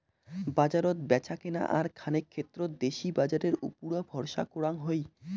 বাজারত ব্যাচাকেনা আর খানেক ক্ষেত্রত দেশি বাজারের উপুরা ভরসা করাং হই